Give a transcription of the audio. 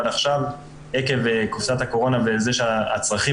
אבל עכשיו עקב קופסת הקורונה וזה שהצרכים